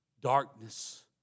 darkness